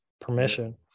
permission